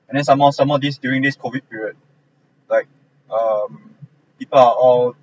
and then some more some more these during this COVID period like um people are all are